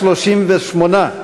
38,